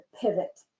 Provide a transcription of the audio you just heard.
pivot